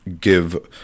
give